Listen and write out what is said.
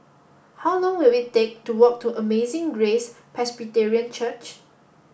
how long will it take to walk to Amazing Grace Presbyterian Church